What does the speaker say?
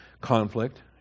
conflict